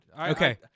Okay